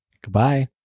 Goodbye